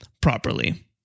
properly